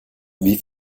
wie